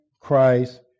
Christ